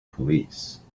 police